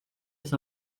esta